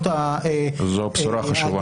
זו בשורה חשובה.